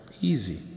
Easy